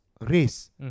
race